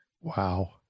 Wow